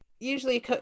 usually